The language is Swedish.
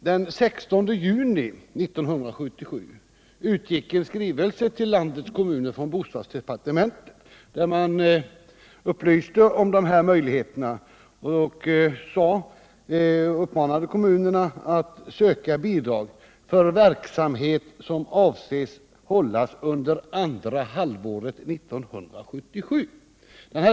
Den 16 juni 1977 utgick från bostadsdepartementet en skrivelse till landets kommuner, där man upplyste om de här möjligheterna och uppmanade kommunerna att söka bidrag för verksamhet som avsågs bedrivas under andra halvåret 1977.